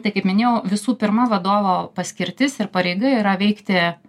tai kaip minėjau visų pirma vadovo paskirtis ir pareiga yra veikti